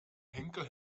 henkel